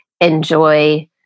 enjoy